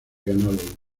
ganado